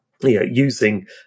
Using